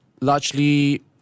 largely